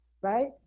right